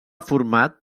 format